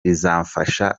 bizafasha